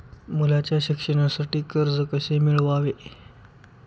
मुलाच्या शिक्षणासाठी कर्ज कसे मिळवावे?